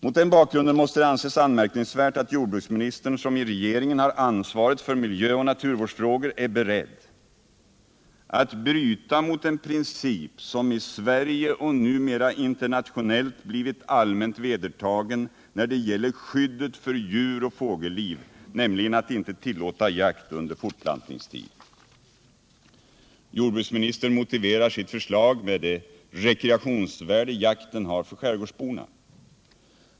Mot den bakgrunden måste det anses anmärkningsvärt att jordbruksministern, som i regeringen har ansvaret för miljöoch naturvårdsfrågor, är beredd att bryta mot en princip som i Sverige och numera internationellt blivit allmänt vedertagen när det gäller skyddet för djur och fågelliv, nämligen att inte tillåta jakt under fortplantningstiden. Jordbruksministern motiverar sitt förslag med det rekreationsvärde jakten har för skärgårdsborna.